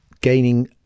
gaining